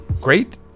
great